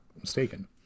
mistaken